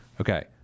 Okay